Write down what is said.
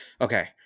Okay